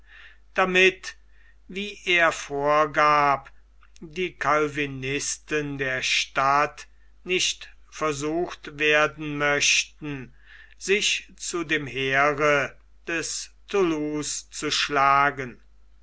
damit wie er vorgab die calvinisten der stadt nicht versucht werden möchten sich zu dem heere des thoulouse zu schlagen